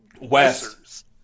West